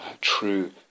true